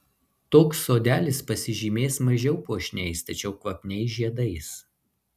toks sodelis pasižymės mažiau puošniais tačiau kvapniais žiedais